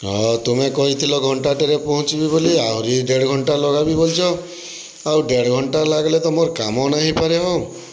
ଆଉ ତୁମେ କହିଥିଲ ଘଣ୍ଟାଟେରେ ପହଞ୍ଚିମି ବୋଲି ଆହୁରି ଦେଢ଼୍ ଘଣ୍ଟା ଲଗାବି ବଲୁଚ ଆଉ ଦେଢ଼୍ ଘଣ୍ଟା ଲାଗ୍ଲେ ତ ମୋର୍ କାମ୍ ନାଇଁ ହେଇପାରେ ହୋ